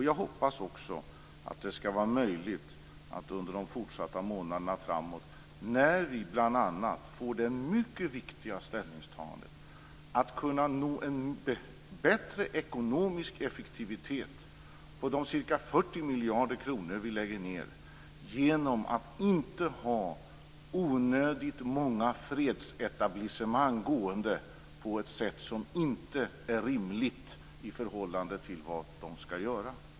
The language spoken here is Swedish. Jag hoppas också att det skall bli möjligt att under de kommande månaderna, när vi bl.a. skall göra det mycket viktiga ställningstagandet, nå en bättre ekonomisk effektivitet för de ca 40 miljarder kronor som vi lägger ned genom att inte ha onödigt många fredsetablissemang i gång på ett sätt som inte är rimligt i förhållande till deras uppgift.